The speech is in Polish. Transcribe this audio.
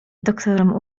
doktorem